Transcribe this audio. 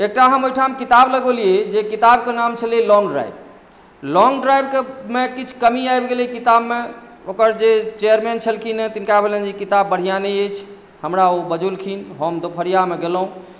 एकटा हम ओहिठाम किताब लगओलियै जे किताबके नाम छलै लोङ्ग ड्राइव लोङ्ग ड्राइवमे किछु कमी आबि गेलै किताबमे ओकर जे चेयरमैन छलखिन हँ तिनका भेलनि जे ई किताब बढ़िआँ नहि अछि हमरा ओ बजौलखिन हम दोपहरिआमे गेलहुँ